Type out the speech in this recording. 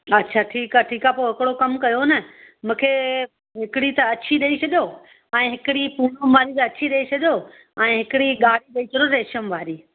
अच्छा ठीकु आहे ठीकु आहे पोइ हिकिड़ो कमु कयो न मूंखे हिकिड़ी त अछी ॾेई छॾियो ऐं हिकिड़ी पूनम वारी त अछी ॾेई छॾियो ऐं हिकिड़ी ॻाढ़ी ॾेई छॾियो रेशम वारी